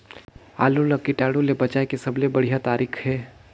आलू ला कीटाणु ले बचाय के सबले बढ़िया तारीक हे?